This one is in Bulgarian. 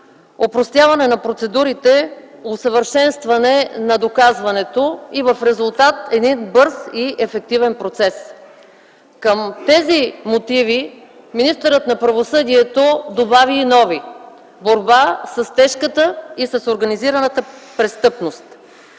опростяване на процедурите, усъвършенстване на доказването и в резултат - един бърз и ефективен процес. Към тези мотиви министърът на правосъдието добави и нови: борба с тежката и с организираната престъпност.